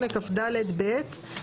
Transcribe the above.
78כד(ב),